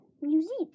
Music